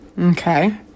Okay